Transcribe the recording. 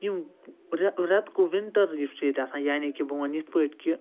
یِم ریٚتہٕ کول وِنٹَر یُس چھُ ییٚتہِ آسان یعنی کہِ بہٕ وَنہٕ یِتھ پٲٹھۍ کہِ